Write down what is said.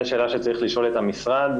זו שאלה שצריך לשאול את המשרד.